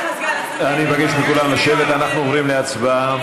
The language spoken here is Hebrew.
אני מבקש מכולם לשבת, אנחנו עוברים להצבעה.